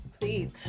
please